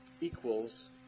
equals